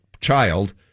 child